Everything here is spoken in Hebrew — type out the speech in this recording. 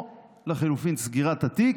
או לחלופין סגירת התיק,